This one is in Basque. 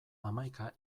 hamaika